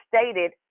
stated